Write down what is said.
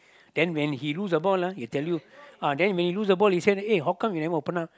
then when he lose the ball lah he tell you lah then when he lose the ball he say that eh how come you never open up